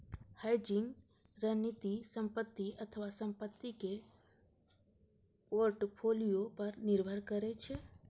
hedging रणनीति संपत्ति अथवा संपत्ति के पोर्टफोलियो पर निर्भर करै छै